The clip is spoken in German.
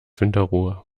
winterruhe